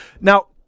Now